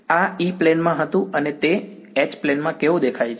આ E plane માં હતું તે H પ્લેન માં કેવું દેખાય છે